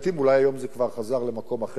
אולי היום זה כבר חזר למקום אחר,